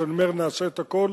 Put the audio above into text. כשאני אומר "נעשה את הכול"